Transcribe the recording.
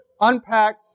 unpack